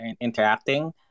interacting